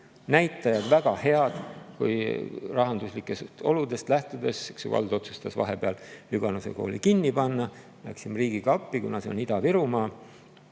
näitajad väga head, aga rahanduslikest oludest lähtudes otsustas vald vahepeal Lüganuse kooli kinni panna. Läksime riigiga appi, kuna see on Ida-Virumaal